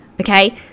Okay